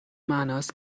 معناست